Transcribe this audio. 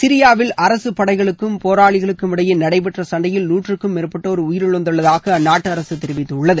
சிரியாவில் அரசுப்படைகளுக்கும் பேராளிகளுக்கும் இடையே நடைபெற்ற சன்டையில் நூற்றுக்கும் மேற்பட்டோர் உயிரிழந்துள்ளதாக அந்நாட்டு அரசு தெரிவித்துள்ளது